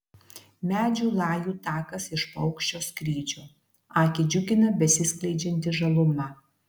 medžių lajų takas iš paukščio skrydžio akį džiugina besiskleidžianti žaluma